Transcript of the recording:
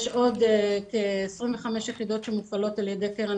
יש עוד כ-25 יחידות שמופעלות על ידי קרן